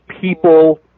people